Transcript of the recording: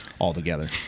altogether